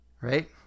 Right